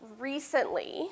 recently